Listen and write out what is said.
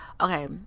okay